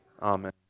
Amen